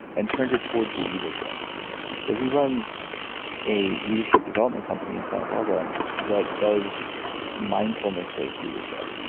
and turned it towards leadership so he runs a leadership development company in santa barbara that does mindfulnessbased leadership.